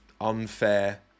unfair